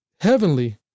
heavenly